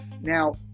Now